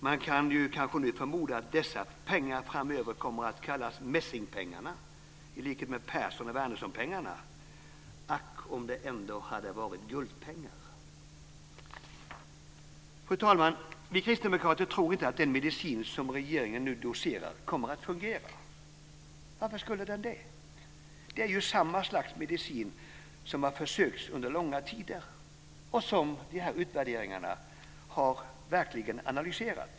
Man kan ju förmoda att dessa pengar framöver kommer att kallas Messingpengarna i likhet med Persson och Wernerssonpengarna. Ack, om det ändå hade varit guldpengar! Fru talman! Vi kristdemokrater tror inte att den medicin som regeringen nu doserar kommer att fungera. Varför skulle den det? Det är ju samma slags medicin som man har försökt med under långa tider och som verkligen har analyserats i utvärderingarna.